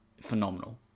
phenomenal